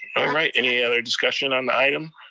right, any other discussion on the item?